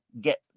get